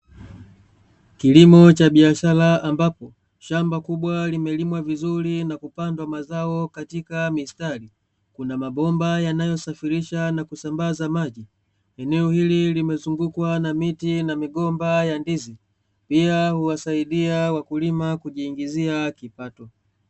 Kilimo cha biashara ambapo shamba kubwa limelimwa vizuri na kupandwa mazao katika mistari, kuna mabomba yanayosafirisha na kusambaza maji, eneo hili limezungukwa na miti na migomba ya ndizi, pia huwasaidia wakulima kujiingizia kipato.